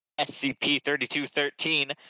SCP-3213